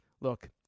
look